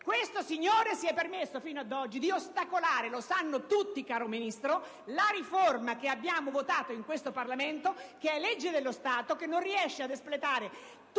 Questo signore si è permesso fino ad oggi - lo sanno tutti, caro Ministro - di ostacolare la riforma che abbiamo votato in questo Parlamento, che è legge dello Stato e che non riesce ad espletare